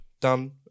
done